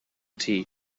tea